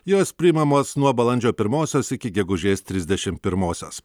jos priimamos nuo balandžio pirmosios iki gegužės trisdešim pirmosios